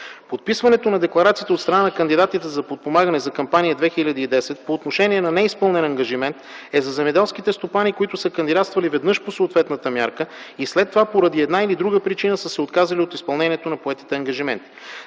Подписването на декларациите от страна на кандидатите за подпомагане за Кампания 2010 по отношение на неизпълнен ангажимент е за земеделските стопани, които са кандидатствали веднъж по съответната мярка и след това поради една или друга причина са се отказали от изпълнението на поетите ангажименти.